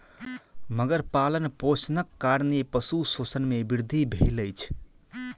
मगर पालनपोषणक कारणेँ पशु शोषण मे वृद्धि भेल अछि